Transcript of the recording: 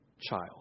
child